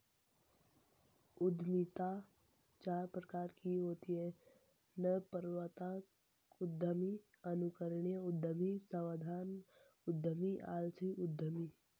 उद्यमिता चार प्रकार की होती है नवप्रवर्तक उद्यमी, अनुकरणीय उद्यमी, सावधान उद्यमी, आलसी उद्यमी